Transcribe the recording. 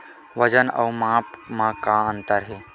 वजन अउ माप म का अंतर हे?